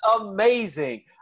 amazing